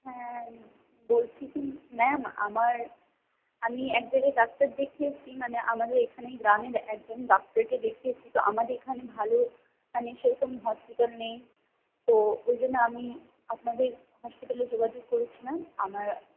হ্যাঁ বলছি কি ম্যাম আমার আমি এক জায়গায় ডাক্তার দেখিয়েছি মানে আমাদের এখানেই গ্রামের একজন ডাক্তারকে দেখিয়েছি তো আমাদের এখানে ভালো মানে সেরকম হসপিটাল নেই তো ওইজন্য আমি আপনাদের হসপিটালে যোগাযোগ করেছিলাম আমার